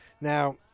Now